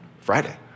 Friday